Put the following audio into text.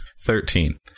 Thirteen